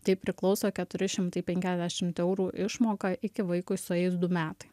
tai priklauso keturi šimtai penkiasdešimt eurų išmoka iki vaikui sueis du metai